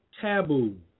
taboo